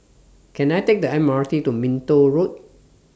Can I Take The M R T to Minto Road